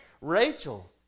Rachel